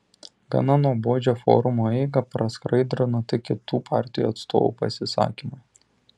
gana nuobodžią forumo eigą praskaidrino tik kitų partijų atstovų pasisakymai